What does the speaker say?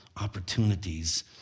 opportunities